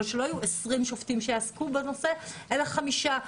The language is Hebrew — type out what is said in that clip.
אבל שלא יהיו עשרים שופטים שעסקו בנושא אלא חמישה.